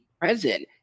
present